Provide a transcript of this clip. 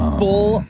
full